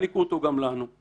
לא ישבנו עם משרד המשפטים.